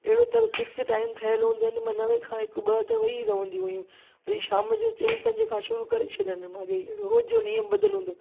अहिड़ो तहिड़ो fix time ठहियलु हूंदो हुयुनि नवें खां हिकु ॿ त वेही रहंदियूं हुयूं वरी शाम जो चईं पंजे खां शुरू करे छॾनि माॻेई रोज़ु जो नियम ॿधलु हूंदो